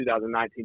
2019